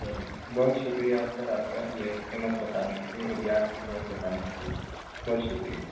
بہت شکریہ سر آپ کا یہ قیمت بتانے کے لیے وہ بھی آج کی قیمت بتانے کے لیے بہت شکریہ